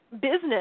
business